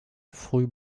früh